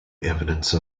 evidence